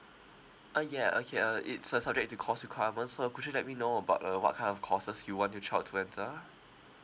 uh yeah okay uh it's a subject to course requirement so could you let me know about uh what kind of courses you want your child to enter